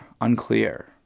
unclear